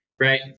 Right